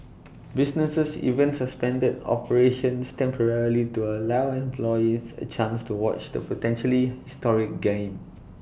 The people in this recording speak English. businesses even suspended operations temporarily to allow employees A chance to watch the potentially historic game